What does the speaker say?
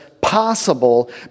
possible